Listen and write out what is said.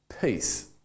peace